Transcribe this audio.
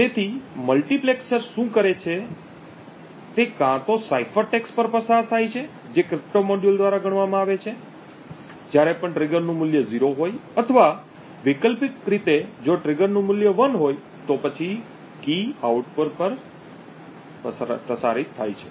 તેથી મલ્ટિપ્લેક્સર શું કરે છે કે તે કાં તો સાઇફર ટેક્સ્ટ પર પસાર થાય છે જે ક્રિપ્ટો મોડ્યુલ દ્વારા ગણવામાં આવે છે જ્યારે પણ ટ્રિગરનું મૂલ્ય 0 હોય અથવા વૈકલ્પિક રીતે જો ટ્રિગરનું મૂલ્ય 1 હોય તો પછી કી આઉટપુટ પર પ્રસારિત થાય છે